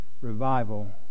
revival